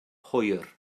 hwyr